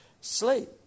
sleep